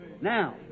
now